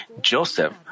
Joseph